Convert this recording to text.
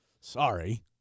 Sorry